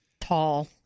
Tall